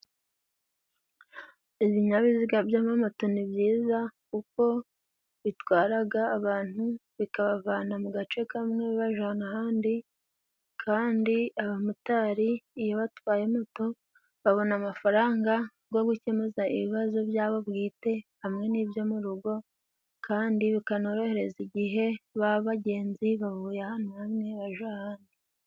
Ibinyabiziga by'amamoto ni byiza uko bitwaraga abantu bikabavana mu gace kamwe bibajana ahandi kandi abamotari iyo batwaye moto babona amafaranga bwo gukemuza ibibazo byabo bwite hamwe n'ibyo mu rugo kandi bikanorohereza igihe ba bagenzi bavuye ahantu hamwe baja ahandi.